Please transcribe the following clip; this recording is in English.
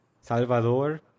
Salvador